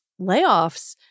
layoffs